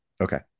Okay